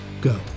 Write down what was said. go